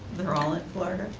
they're all in florida?